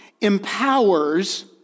empowers